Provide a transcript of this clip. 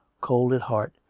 cold at heart,